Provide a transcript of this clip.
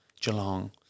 Geelong